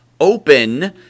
open